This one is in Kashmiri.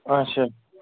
اَچھا